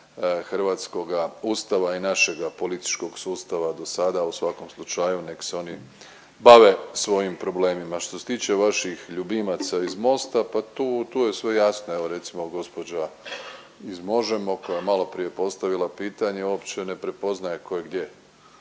hrvatskoga Ustava i našega političkog sustava do sada. U svakom slučaju nek' se oni bave svojim problemima. Što se tiče vaših ljubimaca iz Mosta, pa tu, tu je sve jasno. Evo recimo gospođa iz Možemo koja je malo prije postavila pitanje uopće ne prepoznaje tko je gdje.